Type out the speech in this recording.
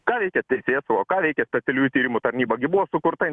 ką veikia teisėsauga ką veikia specialiųjų tyrimų tarnyba gi buvo sukurta